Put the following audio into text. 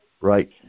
Right